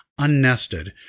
unnested